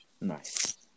Nice